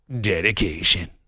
dedication